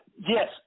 Yes